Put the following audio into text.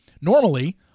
normally